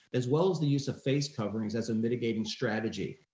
as well as the use of face coverings as a mitigating strategy.